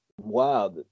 wow